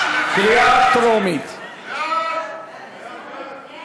ההצעה להעביר את הצעת חוק